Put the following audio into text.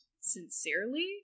sincerely